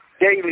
daily